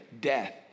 death